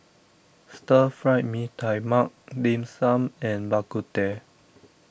Stir Fry Mee Tai Mak Dim Sum and Bak Kut Teh